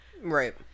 Right